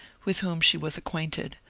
with whom she was acquainted.